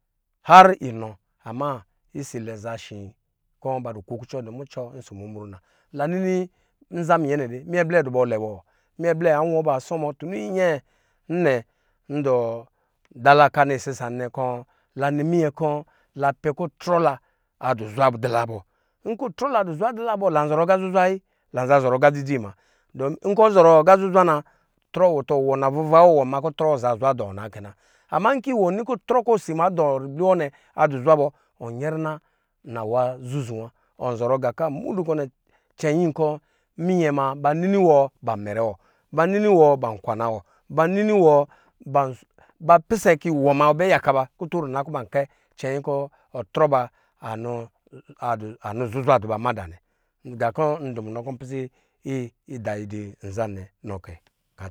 Har inɔ a ma isilɛ za shi kɔ ba dɔ kukucɔ du mucɔ ɔsɔ mumru nna la nini nza mmyɛ nɛ de minyɛ blɛ ba dubɛ lɛ bɔ? Mimyɛ blɛ awɔ ba asɔmɔ tunu nyinyɛɛ wa nnɛ ndɔ dala ɔka nɛ isia wanɛ kɔ la nɔ minyɛ kɔ la pɛ kɔ ɔtrɔ la adu zwa dula bɔ. Nkɔ ɔtɔ la adɔ zwa dula bɔ lan zɔrɔ aqa zuzwa ayi lanzan zɔrɔ aqa dzi dzi ma nkɔ ɔzɔ rɔɔ aqa zuzwa na iwɔ aqa zuzwa na iwɔ na vuvawaɔ wɔ ina kɔ ɔtiɔ wɔ anza n nɔ zuzwa dɔɔ na kɛ na ama nkɔ wɔni kɔ ɨtrɔ kɔ osi ama dɔ nɛ adu zwa bɔ aln yɛrina nawa zuzu wa ɔnzɔrɔ nqa kɔ amudu kɔ nɛ cɛnyin kɔ minyɛ ma ba nini wɔ ban mɛrɛ wɔ ba nini wɔ ban kwan a wɔ ban nini wɔ ban pisɛ kɔ iwɔ ma bɛ yak a ba kutu rina cɛnyin kɔ ɔtrɔ ba anɔ zuzwa duba mada. naa kɔ ndu muno kɔ ndu pisɛ ida duyi nɔ kɛ